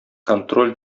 контроль